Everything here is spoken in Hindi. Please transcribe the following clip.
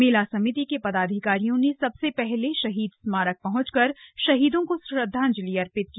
मेला समिति के पदाधिकारियों ने सबसे पहले शहीद स्मारक पहुंचकर शहीदों को श्रद्वांजलि अर्पित की